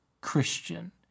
Christian